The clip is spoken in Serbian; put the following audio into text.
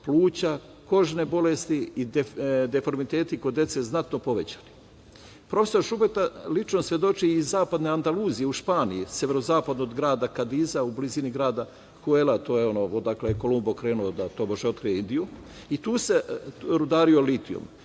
pluća, kožne bolesti, deformiteti kod dece znatno povećali. Profesor Šubeta lično svedoči iz Zapadne Andaluzije u Španije, severozapadno od grada Kadiza u blizini grada Huela, to je ono odakle je Kolumbo krenuo da tobože otkrije Indiju, i tu se rudario litijum,